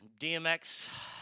DMX